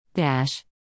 Dash